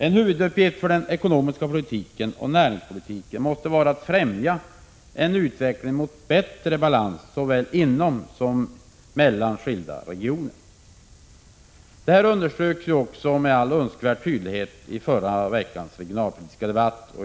En huvuduppgift för den ekonomiska politiken och näringspolitiken måste vara att främja en utveckling mot bättre balans såväl inom som mellan skilda regioner. Detta underströks också med all önskvärd tydlighet i förra veckans regionalpolitiska debatt.